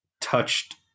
touched